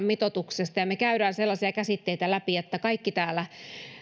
mitoituksesta ja me käymme sellaisia käsitteitä läpi että kaikki täällä